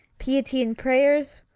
piety and pray'rs,